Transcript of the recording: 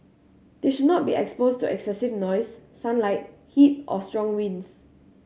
they should not be exposed to excessive noise sunlight heat or strong winds